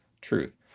truth